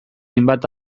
hainbat